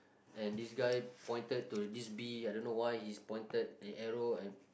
and this guy pointed to this bee I don't know why he's pointed an arrow I